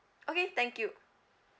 okay thank you